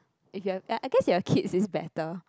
at here I guess be a kids is better